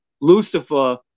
Lucifer